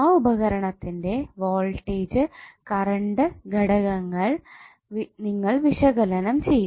ആ ഉപകരണത്തിന്റെ voltage current ഘടകങ്ങൾ നിങ്ങൾ വിശകലനം ചെയ്യും